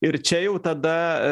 ir čia jau tada